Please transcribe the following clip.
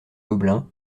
gobelins